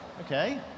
okay